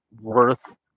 worth